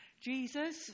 Jesus